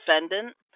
defendant